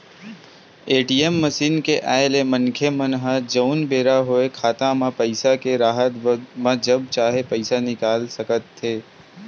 ATM machine के आय ले मनखे मन ह जउन बेरा होय खाता म पइसा के राहब म जब चाहे पइसा निकाल सकथे